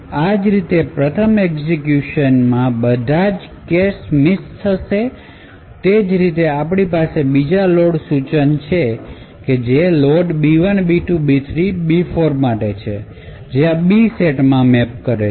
આ રીતે પ્રથમ એક્ઝેક્યુશન બધા જ કેશ મિસ થશે તે જ રીતે આપણી પાસે બીજા લોડ સૂચનો લોડ B1 B2 B3 અને B4 માટે છે જે આ B સેટમાં મેપ કરે છે